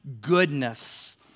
goodness